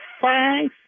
five